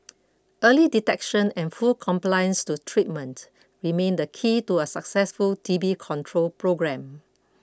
early detection and full compliance to treatment remain the key to a successful T B control programme